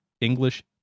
English